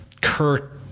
Kurt